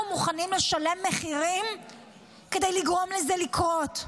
אנחנו מוכנים לשלם מחירים כדי לגרום לזה לקרות.